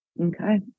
Okay